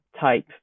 type